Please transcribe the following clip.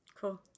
Cool